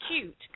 cute